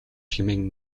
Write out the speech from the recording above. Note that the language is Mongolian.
хэмээн